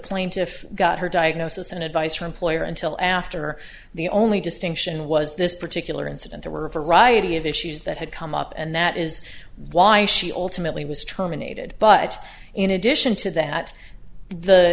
plaintiff got her diagnosis and advice for employer until after the only distinction was this particular incident there were a variety of issues that had come up and that is why she ultimately was terminated but in addition to that the